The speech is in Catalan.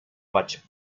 vaig